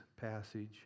passage